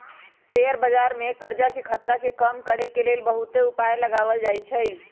share बजार में करजाके खतरा के कम करए के लेल बहुते उपाय लगाएल जाएछइ